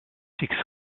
she